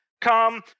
come